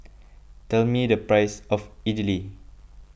tell me the price of Idili